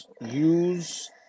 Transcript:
use